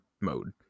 mode